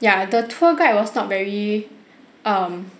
ya the tour guide was not very um